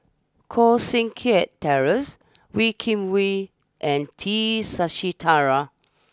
Koh Seng Kiat Terence Wee Kim Wee and T Sasitharan